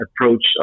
approach